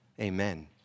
Amen